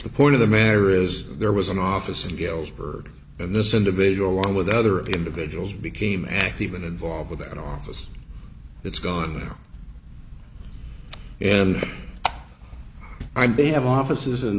the point of the matter is there was an office in galesburg and this individual on with other individuals became active and involved with that office it's gone and i be have offices